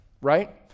right